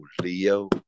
Leo